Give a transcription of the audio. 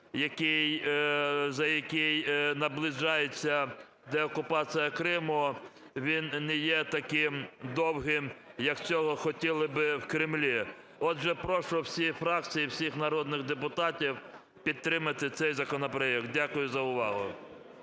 за який наближаєтьсядеокупація Криму, він не є таким довгим, як цього хотіли би в Кремлі. Отже прошу всі фракції, всіх народних депутатів підтримати цей законопроект. Дякую за увагу.